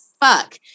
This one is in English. fuck